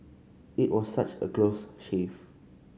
it was such a close shave